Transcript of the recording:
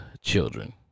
children